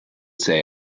say